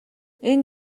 энэ